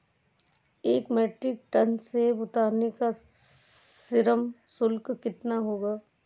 एक metric ton सेव उतारने का श्रम शुल्क कितना होगा?